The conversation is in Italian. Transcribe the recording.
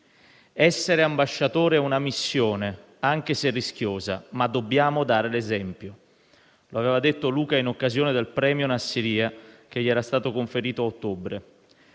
«Essere ambasciatore è una missione, anche se rischiosa, ma dobbiamo dare l'esempio»: lo aveva detto Luca, in occasione del premio Nassiriya, che gli era stato conferito ad ottobre.